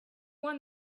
won